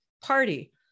party